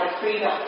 freedom